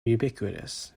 ubiquitous